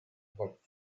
but